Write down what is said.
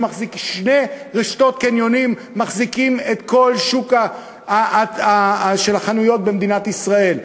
שתי רשתות קניונים מחזיקות את כל שוק החנויות במדינת ישראל.